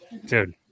Dude